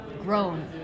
grown